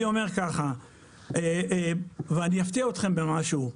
אני אומר ככה ואני אפתיע אותכם במשהו,